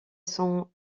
son